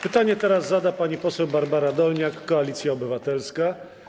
Pytanie zada pani poseł Barbara Dolniak, Koalicja Obywatelska.